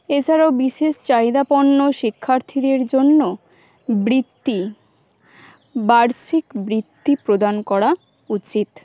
এছাড়াও বিশেষ চাহিদাপূর্ণ শিক্ষার্থীদের জন্য বৃত্তি বার্ষিক বৃত্তি প্রদান করা উচিত